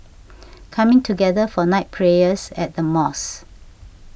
coming together for night prayers at the mosque